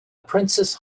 princess